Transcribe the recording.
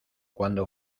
cuando